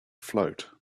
float